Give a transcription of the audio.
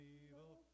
evil